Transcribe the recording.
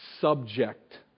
subject